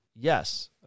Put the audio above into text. Yes